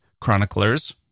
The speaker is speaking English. chroniclers